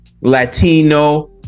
Latino